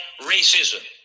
racism